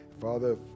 Father